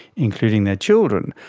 including their children,